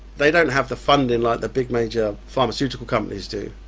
they don't have the funding like the big major pharmaceutical companies do.